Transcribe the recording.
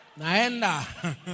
Naenda